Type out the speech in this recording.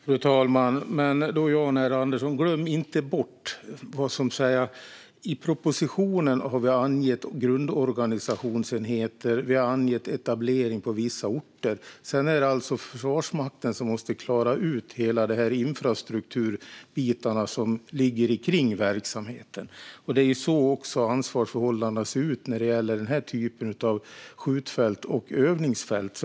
Fru talman! Glöm inte bort, Jan R Andersson, att vi i propositionen har angett grundorganisationsenheter och angett etableringar på vissa orter! Sedan är det Försvarsmakten som måste klara ut alla infrastrukturdelar som ligger kring verksamheten. Det är också så ansvarsförhållandena ser ut när det gäller den här typen av skjutfält och övningsfält.